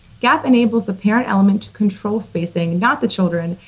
gap enables the parent element to control spacing, and not the children,